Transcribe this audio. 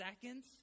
seconds